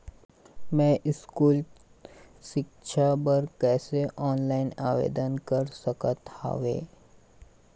मैं स्कूल सिक्छा बर कैसे ऑनलाइन आवेदन कर सकत हावे?